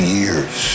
years